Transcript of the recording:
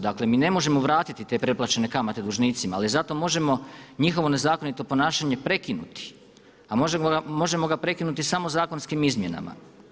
Dakle, mi ne možemo vratiti te preplaćene kamate dužnicima, ali zato možemo njihovo nezakonito ponašanje prekinuti, a možemo ga prekinuti samo zakonskim izmjenama.